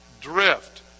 drift